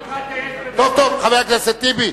טיבי,